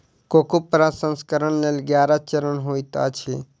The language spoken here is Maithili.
कोको प्रसंस्करणक लेल ग्यारह चरण होइत अछि